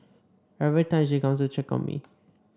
every time she comes to check on me